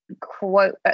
quote